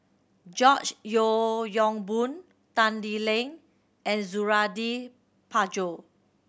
George Yeo Yong Boon Tan Lee Leng and Suradi Parjo